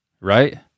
right